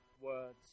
words